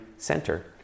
center